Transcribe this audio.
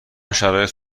شرایط